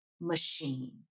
machine